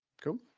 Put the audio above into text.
Cool